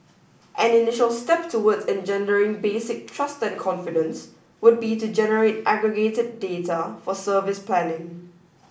an initial step towards engendering basic trust and confidence would be to generate aggregated data for service planning